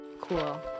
cool